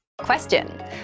question